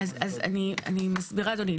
אז אני מסבירה אדוני.